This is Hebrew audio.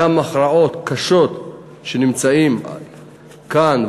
גם הכרעות קשות שמתקבלות כאן,